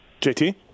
JT